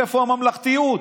ואיפה הממלכתיות?